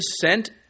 sent